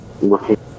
looking